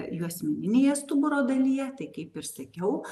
juosmeninėje stuburo dalyje tai kaip ir sakiau